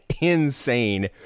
Insane